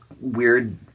weird